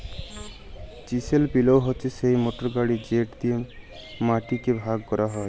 chisel পিলও হছে সেই মটর গাড়ি যেট দিঁয়ে মাটিকে ভাগ ক্যরা হ্যয়